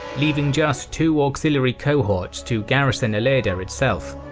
leaving just two auxiliary cohorts to garrison ilerda itself.